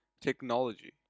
technology